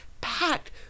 packed